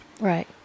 Right